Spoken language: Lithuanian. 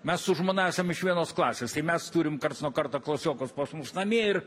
mes su žmona esam iš vienos klasės tai mes turim karts nuo karto klasiokus pas mus namie ir